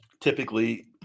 Typically